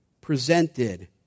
presented